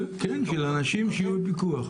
כן, של האנשים שיהיו בפיקוח.